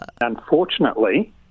Unfortunately